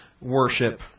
worship